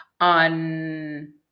on